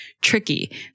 tricky